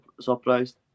surprised